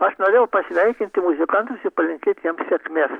aš norėjau pasveikinti muzikantus palinkėt jiems sėkmės